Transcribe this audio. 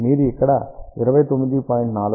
మీరు ఇక్కడ 29